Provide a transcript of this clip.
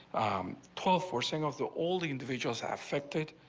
paul forcing of the old individuals affected.